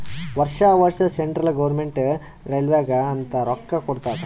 ವರ್ಷಾ ವರ್ಷಾ central government ರೈಲ್ವೇಗ ಅಂತ್ ರೊಕ್ಕಾ ಕೊಡ್ತಾದ್